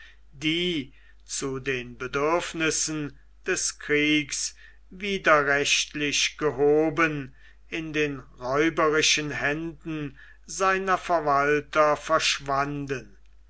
zu den bedürfnissen des kriegs widerrechtlich gehoben in den räuberischen händen seiner verwalter verschwanden